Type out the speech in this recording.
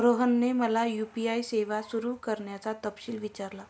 रोहनने मला यू.पी.आय सेवा सुरू करण्याचा तपशील विचारला